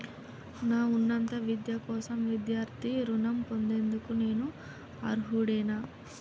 నా ఉన్నత విద్య కోసం విద్యార్థి రుణం పొందేందుకు నేను అర్హుడినేనా?